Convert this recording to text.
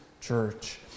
church